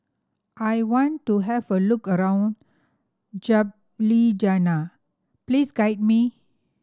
I want to have a look around Ljubljana please guide me